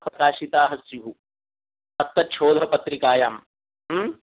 प्रकाशिताः स्युः तत्तत्छोधपत्रिकायां